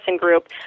group